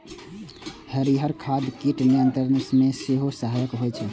हरियर खाद कीट नियंत्रण मे सेहो सहायक होइ छै